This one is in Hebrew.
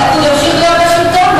והליכוד ימשיך להיות בשלטון,